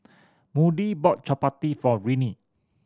Moody bought chappati for Renea